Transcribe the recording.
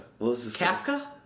Kafka